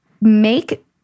Make